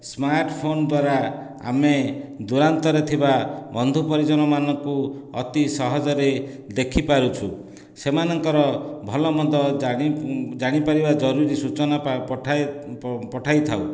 smart phone ଦ୍ଵାରା ଆମେ ଦୁରାନ୍ତରେ ଥିବା ବନ୍ଧୁ ପରିଜନ ମାନଙ୍କୁ ଅତି ସହଜରେ ଦେଖିପାରୁଛୁ ସେମାନଙ୍କର ଭଲ ମନ୍ଦ ଜାଣିପାରିବା ଜରୁରୀ ସୂଚନା ପଠାଇ ପଠାଇଥାଉ